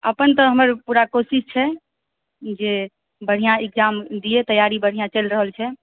अपन तऽ हमर पूरा कोशिश छै जे बढ़िआँ इक्जाम दियै तैआरी बढ़िआँ चलि रहल छै